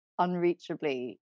unreachably